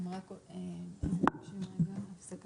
רק להזדהות